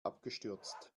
abgestürzt